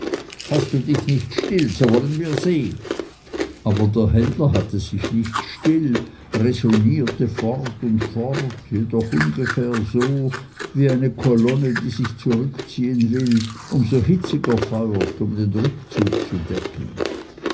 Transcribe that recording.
hast du dich nicht still so wollen wir sehen aber der händler hatte sich nicht still räsonierte fort und fort jedoch ungefähr so wie eine kolonne die sich zurück ziehen will um so hitziger feuert um den rückzug zu decken